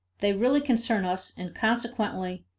they really concern us, and, consequently,